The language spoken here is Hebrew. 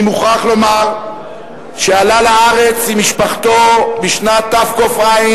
אני מוכרח לומר שעלה לארץ עם משפחתו בשנת תק"ע,